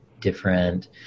different